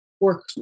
work